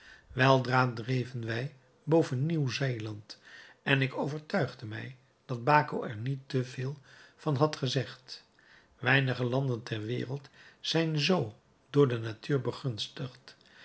weldra dreven wij boven nieuw-zeeland en ik overtuigde mij dat baco er niet te veel van had gezegd weinige landen ter wereld zijn zoo door de natuur